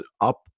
up